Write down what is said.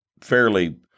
fairly